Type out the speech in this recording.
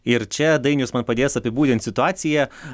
ir čia dainius man padės apibūdint situaciją